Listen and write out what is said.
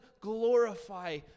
glorify